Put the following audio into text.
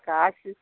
गासैबो